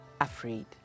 afraid